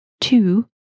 Two